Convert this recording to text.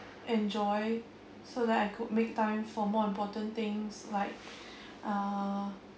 enjoy so that I could make time for more important things like uh